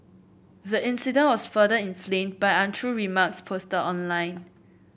the incident was further inflamed by untrue remarks posted online